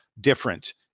different